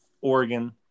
Oregon